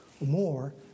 more